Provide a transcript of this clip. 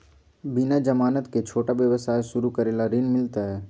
बिना जमानत के, छोटा व्यवसाय शुरू करे ला ऋण मिलतई?